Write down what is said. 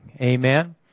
Amen